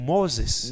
Moses